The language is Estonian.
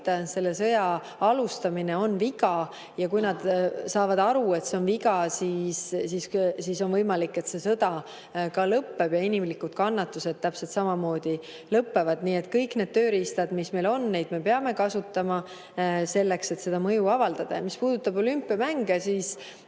selle sõja alustamine oli viga. Kui nad saavad aru, et see on viga, siis on võimalik, et see sõda lõpeb ja inimlikud kannatused täpselt samamoodi lõpevad. Nii et kõiki neid tööriistu, mis meil on, me peame kasutama, et seda mõju avaldada. Mis puudutab olümpiamänge, siis